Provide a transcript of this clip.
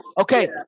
Okay